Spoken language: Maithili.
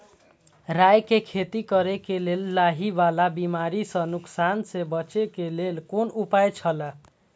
राय के खेती करे के लेल लाहि वाला बिमारी स नुकसान स बचे के लेल कोन उपाय छला?